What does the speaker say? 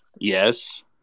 Yes